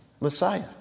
Messiah